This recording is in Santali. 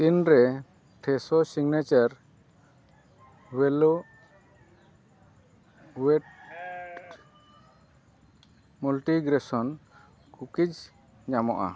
ᱛᱤᱱᱨᱮ ᱯᱷᱨᱮᱥᱳ ᱥᱤᱜᱽᱱᱮᱪᱟᱨ ᱦᱳᱞ ᱳᱭᱮᱴ ᱢᱟᱞᱴᱤᱜᱨᱮᱥᱚᱱ ᱠᱩᱠᱤᱥ ᱧᱟᱢᱚᱜᱼᱟ